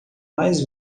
mais